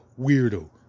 Weirdo